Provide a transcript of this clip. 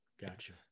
Gotcha